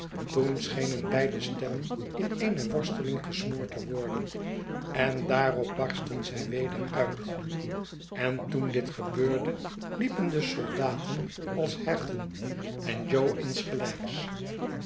toen schenen beide stemmen in eene worsteling gesmoord te worden en daarop barstten zij weder uit en toen dit gebeurde liepen de soldaten als herten en jo